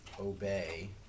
obey